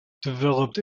developed